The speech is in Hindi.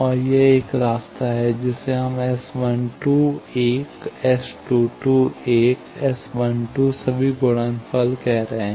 तो यह एक और रास्ता है जिसे हम S 12 1 S 22 1 S12 सभी गुणनफल कह रहे हैं